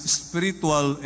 spiritual